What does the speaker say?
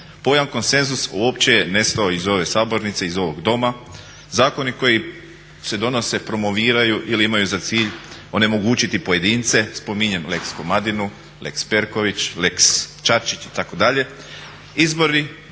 pojam konsenzus uopće je nestao iz ove sabornice, iz ovog doma. Zakoni koji se donose, promoviraju ili imaju za cilj onemogućiti pojedince, spominjem lex Komadinu, lex Perković, lex Čačić itd.,